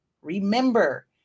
remember